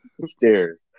stairs